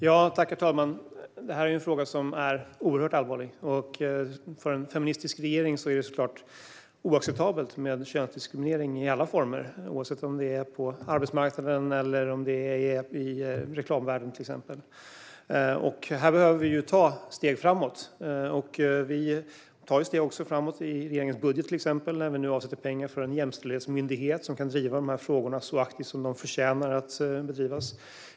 Herr talman! Detta är en fråga som är oerhört allvarlig. För en feministisk regering är det såklart oacceptabelt med könsdiskriminering i alla former, oavsett om det är på arbetsmarknaden eller om det är i reklamvärlden, till exempel. Här behöver vi ta steg framåt. Vi tar också steg framåt i regeringens budget när vi nu avsätter pengar för en jämställdhetsmyndighet som kan driva dessa frågor så aktivt som de förtjänar att drivas.